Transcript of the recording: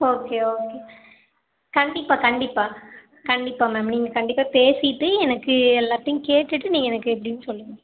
okay okay கண்டிப்பாக கண்டிப்பாக கண்டிப்பாக மேம் நீங்கள் கண்டிப்பாக பேசிட்டு எனக்கு எல்லாத்தையும் கேட்டுவிட்டு நீங்கள் எனக்கு எப்படின்னு சொல்லுங்கள்